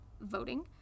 voting